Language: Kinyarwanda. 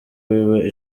wiwe